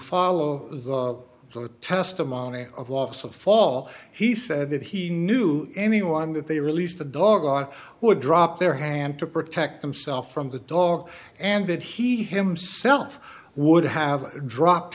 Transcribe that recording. follow the testimony of loss of fall he said that he knew anyone that they released the dog on would drop their hand to protect himself from the dog and that he himself would have dropped